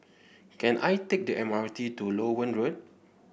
can I take the M R T to Loewen Road